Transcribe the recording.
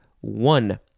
one